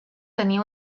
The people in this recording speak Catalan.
tenir